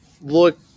look